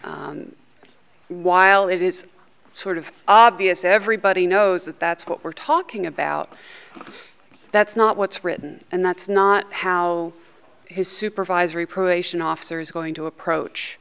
while it is sort of obvious everybody knows that that's what we're talking about that's not what's written and that's not how his supervisory probation officer is going to approach